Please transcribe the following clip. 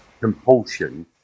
compulsion